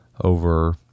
over